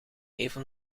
even